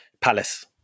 Palace